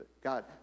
God